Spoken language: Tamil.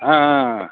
ஆ ஆ